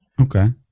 Okay